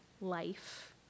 life